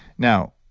now,